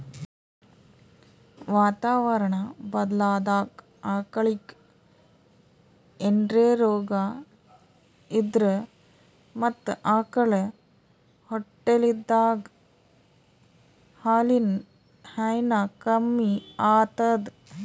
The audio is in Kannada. ವಾತಾವರಣಾ ಬದ್ಲಾದಾಗ್ ಆಕಳಿಗ್ ಏನ್ರೆ ರೋಗಾ ಇದ್ರ ಮತ್ತ್ ಆಕಳ್ ಹೊಟ್ಟಲಿದ್ದಾಗ ಹಾಲಿನ್ ಹೈನಾ ಕಮ್ಮಿ ಆತದ್